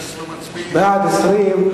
התש"ע 2010,